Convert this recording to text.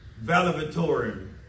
valedictorian